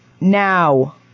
now